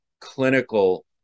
clinical